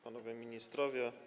Panowie Ministrowie!